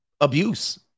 abuse